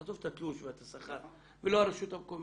עזוב את התלוש ואת השכר, ולא הרשות המקומית.